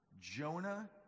Jonah